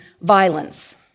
violence